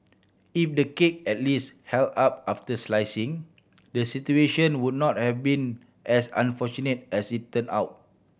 if the cake at least held up after slicing the situation would not have been as unfortunate as it turned out